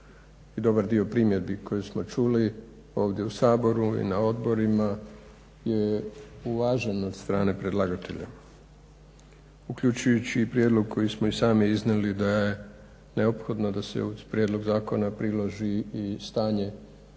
i dobar dio primjedbi koji smo čuli ovdje u Saboru i na odborima je uvažen od strane predlagatelja, uključujući i prijedlog koji smo i sami iznijeli da je neophodno da se uz prijedlog zakona priloži i stanje